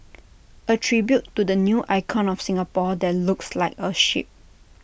A tribute to the new icon of Singapore that looks like A ship